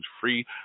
free